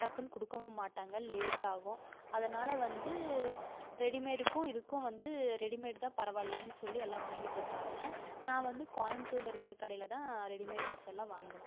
டக்குனு கொடுக்கவும் மாட்டாங்க லேட்டாகும் அதனால் வந்து ரெடிமேடுக்கும் இதுக்கும் வந்து ரெடிமேடு தான் பரவாயில்லன்னு சொல்லி எல்லாரும் வாங்கிட்ருக்காங்க நான் வந்து கோயம்புத்தூர்ல இருக்கிற கடையில தான் ரெடிமேடு ட்ரெஸ்ஸெல்லாம் வாங்குவேன்